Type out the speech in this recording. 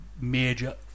major